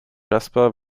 jasper